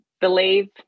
believe